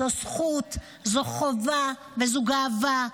זו זכות, זו חובה, וזו גאווה.